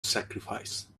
sacrifice